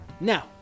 Now